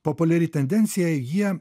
populiari tendencija jie